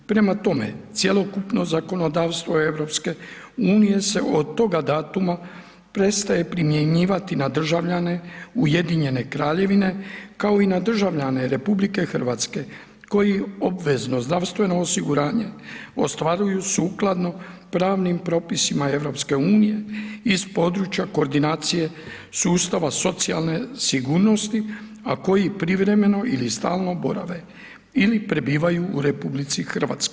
Prema tome, cjelokupno zakonodavstvo EU, se od toga datuma prestaje primjenjivati na državljane Ujedinjene Kraljevine kao i na državljane RH, koji obvezno zdravstveno osiguranje ostvaraju sukladno pravnim propisima EU iz područja koordinacije sustava socijalne sigurnosti, a koji privremeno ili stalno borave ili pribivaju u RH.